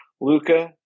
luca